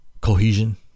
cohesion